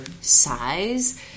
size